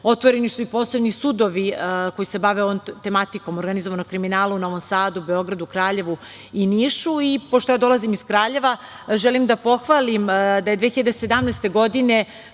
Otvoreni su i posebni sudovi koji se bave ovom tematikom organizovanog kriminala u Novom Sadu, Beogradu, Kraljevu i Nišu. Pošto ja dolazim iz Kraljeva, želim da pohvalim da je 2017. godine